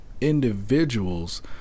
individuals